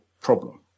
problem